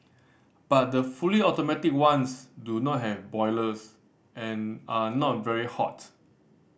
but the fully automatic ones do not have boilers and are not very hot